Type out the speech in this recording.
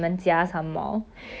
oh ya 你几时会搬去 ah